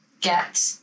get